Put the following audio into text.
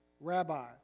Rabbi